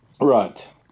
Right